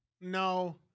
no